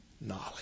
knowledge